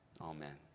amen